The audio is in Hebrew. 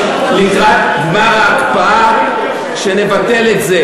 שלקראת גמר ההקפאה נבטל את זה.